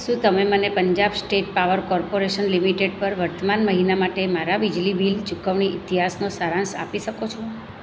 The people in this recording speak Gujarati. શું તમે મને Punjab state power corporation limited પર વર્તમાન મહિના માટે મારા વીજળી બિલ ચુકવણી ઇતિહાસનો સારાંશ આપી શકો છો